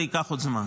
זה ייקח עוד זמן.